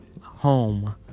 home